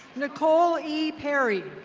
nicole e. perry.